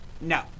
No